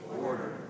Order